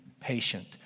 patient